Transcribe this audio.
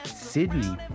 Sydney